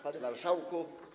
Panie Marszałku!